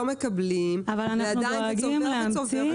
לא מקבלים וזה צובר וצובר.